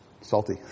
Salty